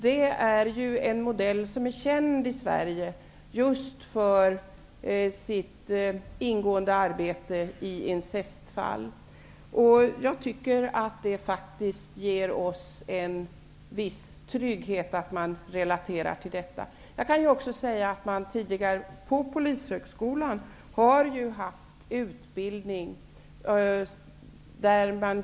Den här modellen är känd i Sverige just för det ingående arbetet beträffande incestfall. Jag tycker att det faktiskt är en viss trygghet att höra att man relaterar till detta. Tidigare hade man på Polishögskolan utbildning.